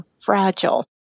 fragile